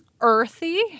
earthy